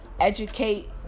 educate